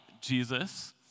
Jesus